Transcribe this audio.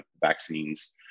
vaccines